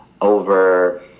over